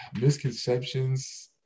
misconceptions